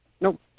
Nope